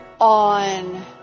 on